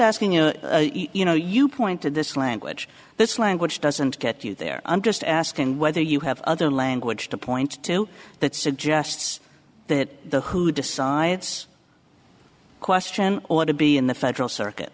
asking you know you know you point to this language this language doesn't get you there i'm just asking whether you have other language to point to that suggests that the who decides question ought to be in the federal circuit